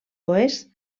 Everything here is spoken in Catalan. oest